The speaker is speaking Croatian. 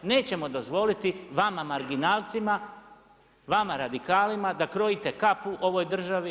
Nećemo dozvoliti, vama marginalcima, vama radikalima, da krojite kapu u ovoj državi.